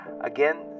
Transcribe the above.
Again